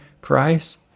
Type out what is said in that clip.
price